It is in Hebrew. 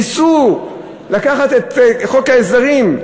ניסו לקחת את חוק ההסדרים,